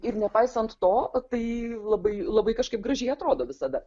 ir nepaisant to tai labai labai kažkaip gražiai atrodo visada